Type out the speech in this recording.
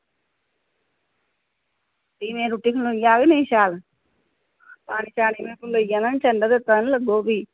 ते इ'यां रुट्टी खनोई जाह्ग ना शैल पानी शामी इ'यां परोई जाना निं ठंडा तत्ता निं लग्गग भी